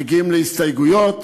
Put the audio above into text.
מגיעים להסתייגויות,